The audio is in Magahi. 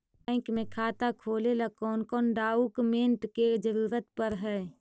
बैंक में खाता खोले ल कौन कौन डाउकमेंट के जरूरत पड़ है?